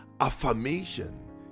affirmation